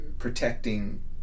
protecting